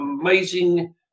amazing